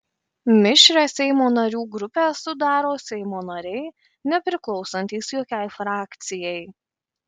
mišrią seimo narių grupę sudaro seimo nariai nepriklausantys jokiai frakcijai